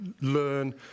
learn